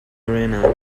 arena